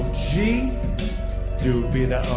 g to g. you know